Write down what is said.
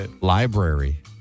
library